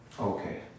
okay